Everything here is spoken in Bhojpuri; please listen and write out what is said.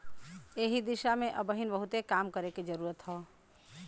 एह दिशा में अबहिन बहुते काम करे के जरुरत हौ